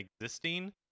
existing